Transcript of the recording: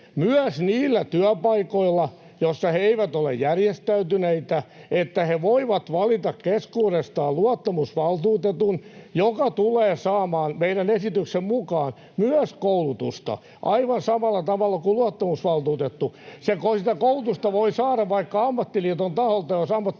myös niillä työpaikoilla, joissa he eivät ole järjestäytyneitä, voivat valita keskuudestaan luottamusvaltuutetun, joka tulee saamaan meidän esityksemme mukaan myös koulutusta, aivan samalla tavalla kuin luottamusvaltuutettu. Sitä koulutusta voi saada vaikka ammattiliiton taholta, jos ammattiliitto